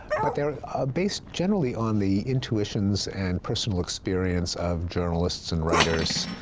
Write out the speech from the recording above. but they are based generally on the intuitions and personal experience of journalists and writers,